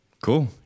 Cool